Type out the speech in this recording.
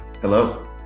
Hello